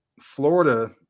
Florida